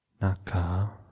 Naka